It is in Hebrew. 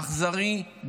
אכזרי,